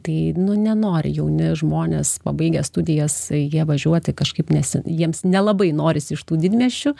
tai nu nenori jauni žmonės pabaigę studijas jie važiuoti kažkaip nes jiems nelabai norisi iš tų didmiesčių